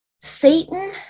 Satan